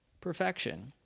perfection